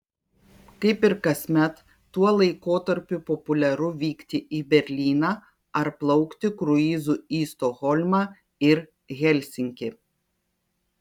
kaip ir kasmet tuo laikotarpiu populiaru vykti į berlyną ar plaukti kruizu į stokholmą ir helsinkį